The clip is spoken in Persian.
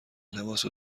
لباسو